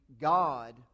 God